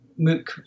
MOOC